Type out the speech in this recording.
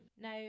Now